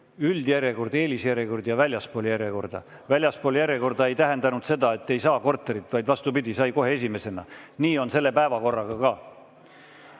üldjärjekord, eelisjärjekord ja väljaspool järjekorda. Väljaspool järjekorda ei tähendanud seda, et ei saa korterit, vaid vastupidi, sai kohe esimesena. Nii on selle päevakorraga